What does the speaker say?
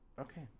okay